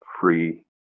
free